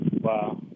wow